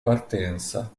partenza